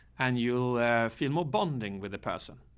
and you'll feel more bonding with the person.